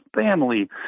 family